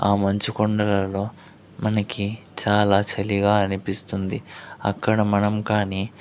ఆ మంచు కొండలలో మనకి చాలా చలిగా అనిపిస్తుంది అక్కడ మనం కాని